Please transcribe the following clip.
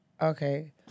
Okay